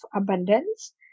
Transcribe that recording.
abundance